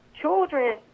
Children